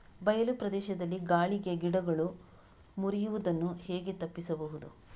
ಬಯಲು ಪ್ರದೇಶದಲ್ಲಿ ಗಾಳಿಗೆ ಗಿಡಗಳು ಮುರಿಯುದನ್ನು ಹೇಗೆ ತಪ್ಪಿಸಬಹುದು?